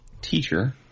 teacher